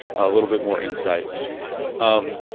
a little bit more insight um